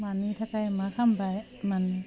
मानि थाखाय मा खालामबाय मोन